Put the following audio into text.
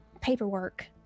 paperwork